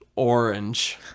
orange